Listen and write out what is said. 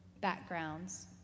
backgrounds